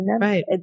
Right